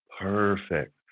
Perfect